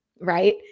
right